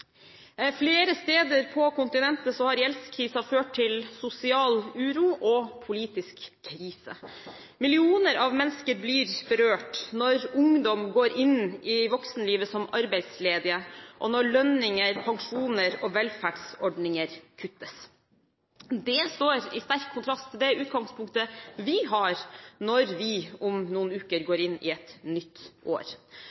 Flere steder på kontinentet har gjeldskrisen ført til sosial uro og politisk krise. Millioner av mennesker blir berørt når ungdom går inn i voksenlivet som arbeidsledige, og når lønninger, pensjoner og velferdsordninger kuttes. Det står i sterk kontrast til det utgangspunktet vi har, når vi om noen uker går